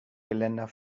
geländer